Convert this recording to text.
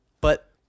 But-